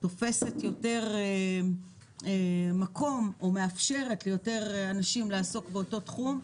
תופסת יותר מקום או מאפשרת ליותר אנשים לעסוק באותו תחום,